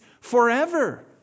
forever